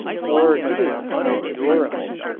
for it is unendurable.